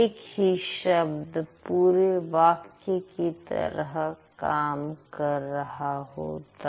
एक ही शब्द पूरे वाक्य की तरह काम कर रहा होता